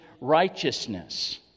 righteousness